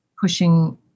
pushing